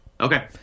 Okay